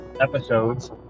episodes